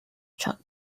chuck